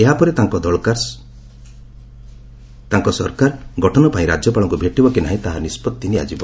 ଏହାପରେ ତାଙ୍କ ଦଳ ସରକାର ଗଠନପାଇଁ ରାଜ୍ୟପାଳଙ୍କୁ ଭେଟିବ କି ନାହିଁ ତାହାର ନିଷ୍ପଭି ନିଆଯିବ